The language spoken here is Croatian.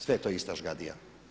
Sve je to ista žgadija.